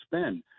spend